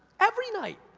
every night,